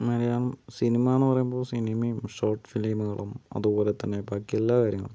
മലയാള സിനിമയെന്ന് പറയുമ്പോൾ സിനിമയും ഷോട്ട് ഫിലിമുകളും അത്പോലെത്തന്നെ ബാക്കിയെല്ലാ കാര്യങ്ങളും